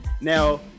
Now